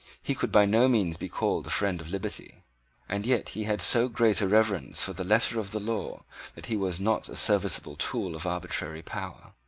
he could by no means be called a friend of liberty and yet he had so great a reverence for the letter of the law that he was not a serviceable tool of arbitrary power.